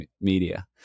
media